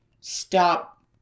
stop